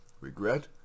Regret